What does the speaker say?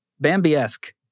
Bambi-esque